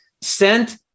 sent